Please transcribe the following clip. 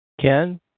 Ken